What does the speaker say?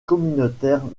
communautaire